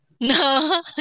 No